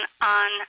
on